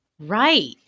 Right